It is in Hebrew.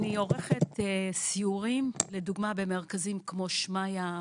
אני עורכת סיורים, לדוגמה במרכזים כמו שמעיה,